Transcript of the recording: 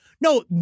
no